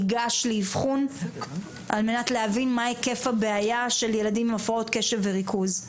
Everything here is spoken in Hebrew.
ייגש לאבחון על מנת להבין מה היקף הבעיה של ילדים עם הפרעות קשב וריכוז.